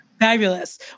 Fabulous